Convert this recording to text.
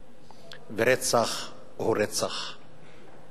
ורצח הוא רצח.